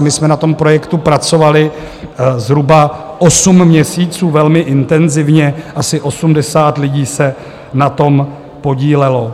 My jsme na tom projektu pracovali zhruba 8\ měsíců velmi intenzivně, asi osmdesát lidí se na tom podílelo.